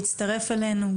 שהצטרף אלינו,